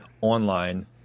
online